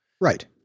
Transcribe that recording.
Right